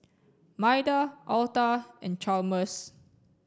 Maida Alta and Chalmers